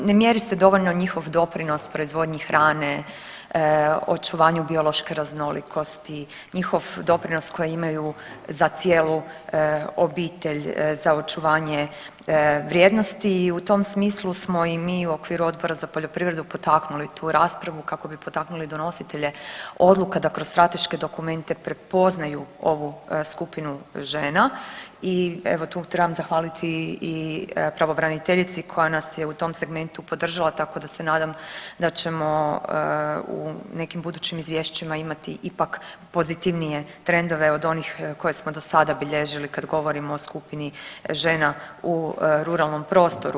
Ne mjeri se dovoljno njihov doprinos proizvodnji hrane, očuvanju biološke raznolikosti, njihov doprinos koji imaju za cijelu obitelj, za očuvanje vrijednosti i u tom smislu smo i mi u okviru Odbora za poljoprivredu potaknuli tu raspravu kako bi potaknuli donositelje odluka da kroz strateške dokumente prepoznaju ovu skupinu žena i evo tu trebam zahvaliti i pravobraniteljici koja nas je u tom segmentu podržala tako da se nadam da ćemo u nekim budućim izvješćima imati ipak pozitivnije trendove od onih koje smo do sada bilježili kad govorimo o skupini žena u ruralnom prostoru.